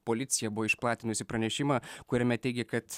policija buvo išplatinusi pranešimą kuriame teigė kad